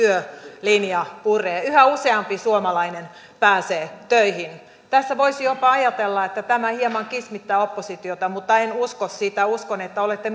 työlinja puree yhä useampi suomalainen pääsee töihin tässä voisi jopa ajatella että tämä hieman kismittää oppositiota mutta en usko sitä uskon että olette